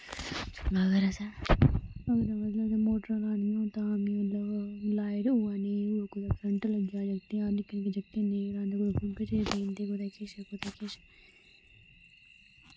मगर असें मोटरां लानियां होन तां मगर लाईट होऐ जां नेईं होऐ करंट कोला जगतें गी बचाना ते कुदै किश कुदै किश